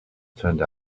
turned